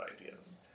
ideas